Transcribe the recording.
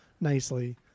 nicely